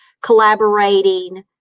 collaborating